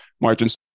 margins